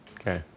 Okay